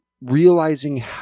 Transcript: realizing